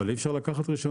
אבל אי אפשר לקחת רישיון.